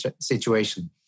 situation